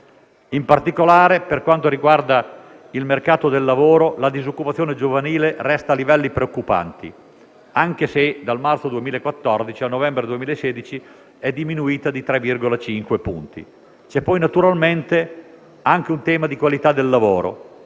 In particolare, per quanto riguarda il mercato del lavoro, la disoccupazione giovanile resta a livelli preoccupanti, anche se dal marzo 2014 a novembre 2016 è diminuita di 3,5 punti. C'è poi, naturalmente, anche un tema di qualità del lavoro.